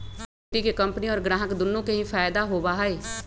equity के company और ग्राहक दुन्नो के ही फायद दा होबा हई